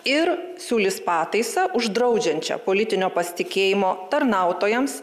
ir siūlys pataisą uždraudžiančią politinio pasitikėjimo tarnautojams